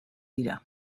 dira